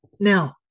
Now